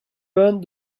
burned